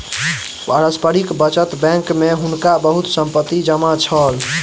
पारस्परिक बचत बैंक में हुनका बहुत संपत्ति जमा छल